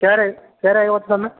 ક્યારે ક્યારે આવ્યા હતા તમે